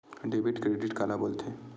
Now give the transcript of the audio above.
Debit credit काला बोल थे?